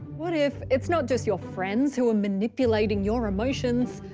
what if, it's not just your friends who are manipulating your emotions,